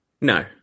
No